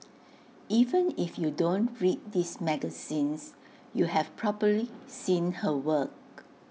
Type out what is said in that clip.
even if you don't read these magazines you've probably seen her work